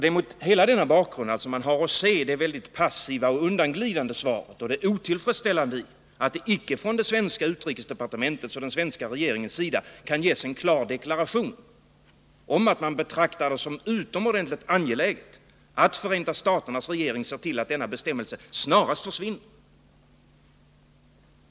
Det är mot denna bakgrund man har att se det mycket passiva och undanglidande svaret och det otillfreåsställande i att det icke från det svenska utrikesdepartementet och från den svenska regeringen kan ges en klar deklaration om att man betraktar det som utomordenligt angeläget att Förenta staternas regering ser till att denna bestämmelse snarast försvinner.